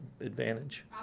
advantage